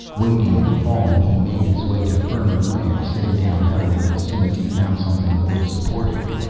wading and falling he made his way to firmer land, sitting down heavily as soon as he found something that would support him.